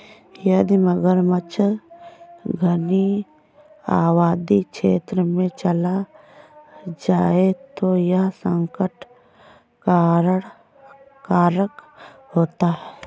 यदि मगरमच्छ घनी आबादी क्षेत्र में चला जाए तो यह संकट कारक होता है